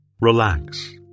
relax